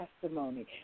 testimony